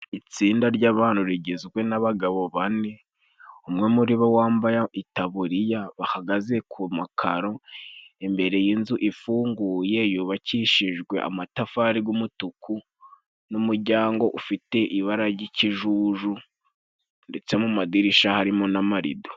Itsinda ry'abantu rigizwe n'abagabo bane umwe muri bo wambaye itaburiya. Bahagaze ku makaro imbere y'inzu ifunguye, yubakishijwe amatafari g'umutuku n'umuryango, ufite ibara ry'ikijuju ndetse mu madirisha harimo n'amarido.